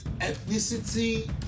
ethnicity